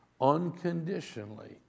unconditionally